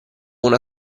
una